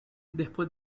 después